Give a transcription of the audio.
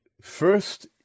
first